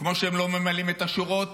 כמו שהם לא ממלאים את השורות